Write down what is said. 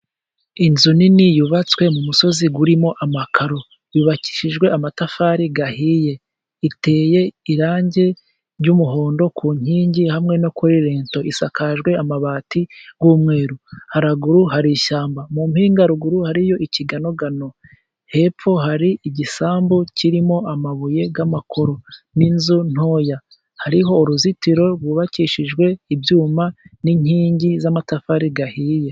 Inzu nini yubatswe mu musozi irimo amakaro, yubakishijwe amatafari ahiye iteye irangi ry'umuhondo, ku nkingi hamwe no kuri rento isakajwe amabati y'umweru. Haraguru hari ishyamba, mu mpinga ruguru hariyo ikiganogano, hepfo hari igisambu kirimo amabuye y'amakoro, n'inzu ntoya hariho uruzitiro rwubakishijwe ibyuma n'inkingi z'amatafari ahiye.